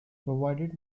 provided